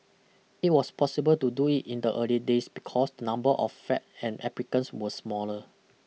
it was possible to do it in the early days because the number of flats and applicants were smaller